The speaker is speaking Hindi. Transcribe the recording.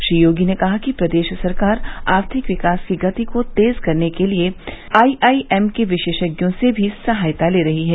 श्री योगी ने कहा कि प्रदेश सरकार आर्थिक विकास की गति को तेज करने के लिये आई आई एम के विशेषज्ञों से भी सहायता ले रही है